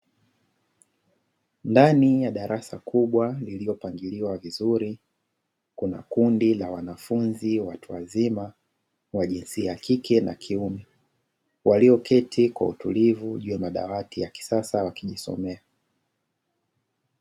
Ndani ya darasa kubwa lililopangiliwa vizuri, kuna kundi la wanafunzi watu wazima wa jinsia ya kike na ya kiume walioketi kwa utulivu juu ya madawati ya kisasa, wakijisomea.